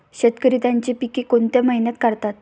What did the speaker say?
शेतकरी त्यांची पीके कोणत्या महिन्यात काढतात?